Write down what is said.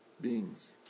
beings